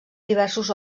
diversos